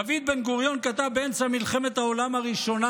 דוד בן-גוריון כתב באמצע מלחמת העולם הראשונה